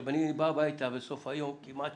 שלפעמים אני בא הביתה בסוף היום כמעט